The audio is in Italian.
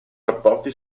rapporti